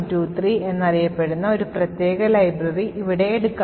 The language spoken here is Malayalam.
ADVAP123 എന്നറിയപ്പെടുന്ന ഒരു പ്രത്യേക ലൈബ്രറി ഇവിടെ എടുക്കാം